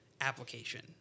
application